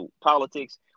politics